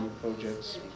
projects